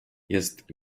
jest